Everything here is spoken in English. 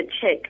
check